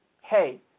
hey